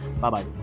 Bye-bye